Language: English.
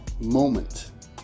moment